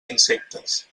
insectes